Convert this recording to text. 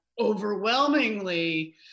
overwhelmingly